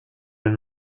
and